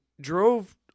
drove